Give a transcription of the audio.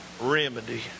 remedy